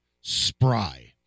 spry